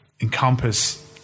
encompass